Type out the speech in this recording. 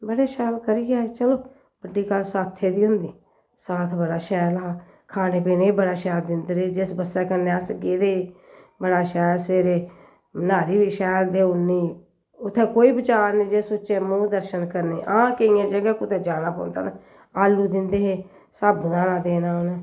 बड़े शैल करिये चलो बड्डी गल्ल साथे दी होंदी साथ बड़ा शैल हा खाने पीने ई बी बड़ा शैल दिंदे रेह् जिस बस्सै कन्नै अस गेदे हे बड़ा शैल सबैह्रे न्हारी बी शैल देउनी उत्थें कोई बचार निं जे सुच्चे मुंह् दर्शन करने आं केइयें जगहें कुदै जाना पौंदा हा आलू दिंदे हे साबूदाना देना उ'नें